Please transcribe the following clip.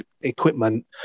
equipment